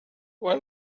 why